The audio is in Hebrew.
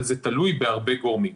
אבל זה תלוי בהרבה גורמים.